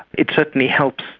it certainly helps,